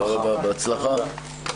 הישיבה ננעלה בשעה 12:35.